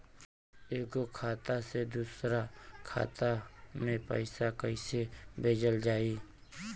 एगो खाता से दूसरा खाता मे पैसा कइसे भेजल जाई?